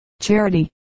charity